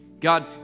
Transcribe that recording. God